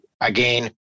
again